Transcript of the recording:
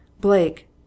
Blake